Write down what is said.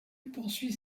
poursuit